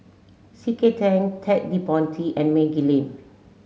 C K Tang Ted De Ponti and Maggie Lim